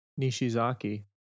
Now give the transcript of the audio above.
Nishizaki